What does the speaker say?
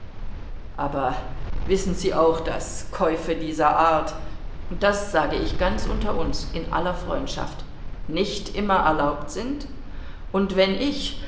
aber wissen sie auch daß käufe dieser art das sage ich ganz unter uns in aller freundschaft nicht immer erlaubt sind und wenn ich